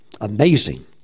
amazing